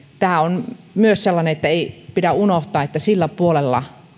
tämä on myös sellainen että ei pidä unohtaa että ammatillisen koulutuksen puolella